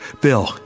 Bill